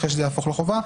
אחרי שזה יהפוך לחובה,